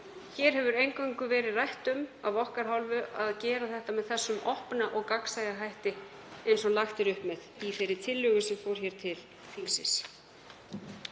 Hér hefur eingöngu verið rætt um af okkar hálfu að gera þetta með opnum og gagnsæjum hætti eins og lagt er upp með í þeirri tillögu sem fór til þingsins.